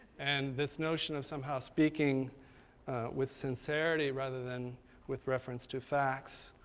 and this notion of somehow speaking with sincerity rather than with reference to facts,